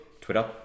Twitter